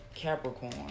Capricorn